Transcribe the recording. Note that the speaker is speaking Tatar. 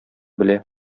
белә